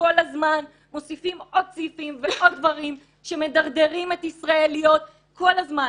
כל הזמן מוסיפים עוד סעיפים ועוד דברים שמדרדרים את ישראל להיות כל הזמן